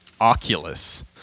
Oculus